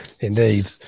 Indeed